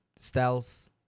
styles